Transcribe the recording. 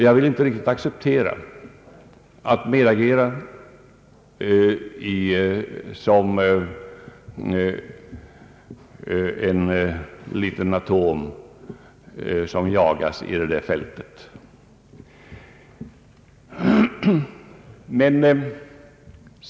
Jag vill inte riktigt acceptera att vara medagerande som ett slags atom i detta fält.